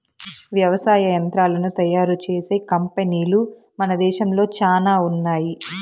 వ్యవసాయ యంత్రాలను తయారు చేసే కంపెనీలు మన దేశంలో చానా ఉన్నాయి